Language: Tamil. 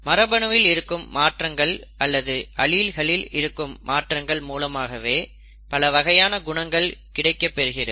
மரபணுவில் இருக்கும் மாற்றங்கள் அல்லது அலீல்ஸ்களில் இருக்கும் மாற்றங்கள் மூலமாகவே பல வகையான குணங்கள் கிடைக்கப் பெறுகிறது